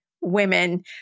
women